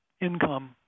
income